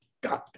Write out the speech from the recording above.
God